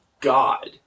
God